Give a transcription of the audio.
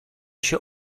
się